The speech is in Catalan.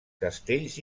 castells